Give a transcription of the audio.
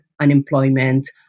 unemployment